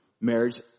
marriage